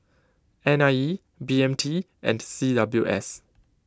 N I E B M T and C W S